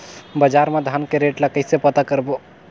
बजार मा धान के रेट ला कइसे पता करबो?